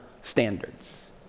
standards